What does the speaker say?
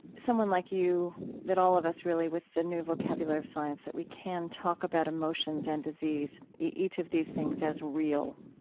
someone like you, that all of us, really, with the new vocabulary of science, that we can talk about emotions and disease, each of these things as real,